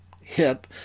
hip